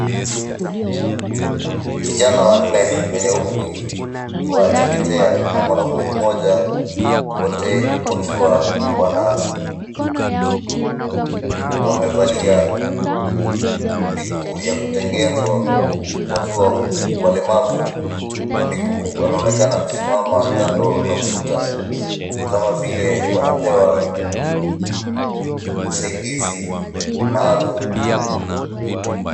Vijana wanne wenye umri wa chekechea na mwanaume moja wote wakiwa wamevalia miguu ya kutengenezwa huku wakiwa walemavu wa miguu. Wanaonekana kusimama kando na ukuta kama vile wanapewa usaidizi maalum.